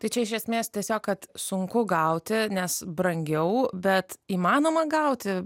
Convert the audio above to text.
tai čia iš esmės tiesiog kad sunku gauti nes brangiau bet įmanoma gauti